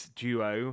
duo